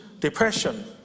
depression